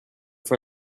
for